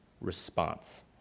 response